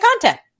content